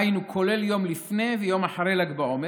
היינו, כולל יום לפני ויום אחרי ל"ג בעומר,